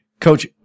Coach